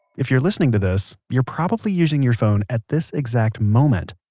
if you're listening to this, you're probably using your phone at this exact moment.